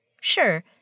Sure